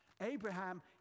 Abraham